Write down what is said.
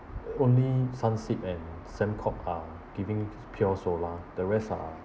only Sunseap and Sembcorp are giving pure solar the rest are